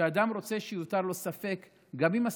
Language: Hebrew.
אדם רוצה שיותר לו ספק גם אם זה